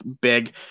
big